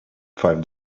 five